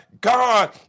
God